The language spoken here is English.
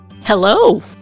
Hello